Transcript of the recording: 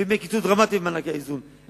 ואם יהיה קיצוץ דרמטי במענקי האיזון,